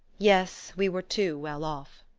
yes, we were too well off.